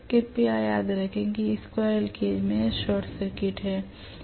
कृपया याद रखें कि स्क्वीररेल केज में यह शार्ट सर्किट है